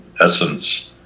essence